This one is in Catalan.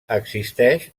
existeix